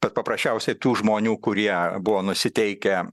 bet paprasčiausiai tų žmonių kurie buvo nusiteikę